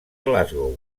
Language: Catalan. glasgow